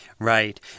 Right